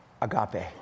agape